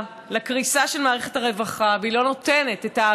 אבל הינה, יואל, אתה יודע מה הייתה